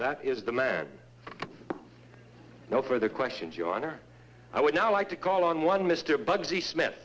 that is the man no further questions your honor i would not like to call on one mr bugsy smith